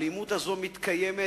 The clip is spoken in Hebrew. האלימות הזאת מתקיימת